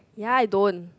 ya I don't